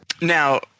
Now